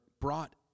brought